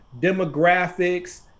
demographics